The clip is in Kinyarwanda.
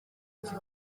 iki